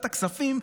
הכספים,